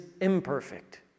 imperfect